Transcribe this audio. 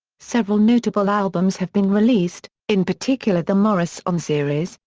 several notable albums have been released, in particular the morris on series,